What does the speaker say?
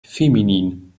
feminin